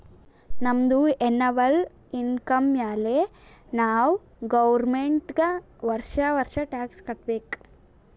ನಮ್ದು annual income ಮ್ಯಾಲೆ ನಾವ್ ಗೌರ್ಮೆಂಟ್ಗ್ ವರ್ಷಾ ವರ್ಷಾ ಟ್ಯಾಕ್ಸ್ ಕಟ್ಟಬೇಕ್